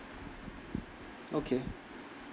okay